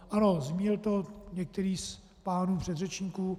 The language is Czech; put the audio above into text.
Ano, zmínil to některý z pánů předřečníků.